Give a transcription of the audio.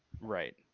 Right